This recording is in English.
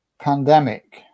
pandemic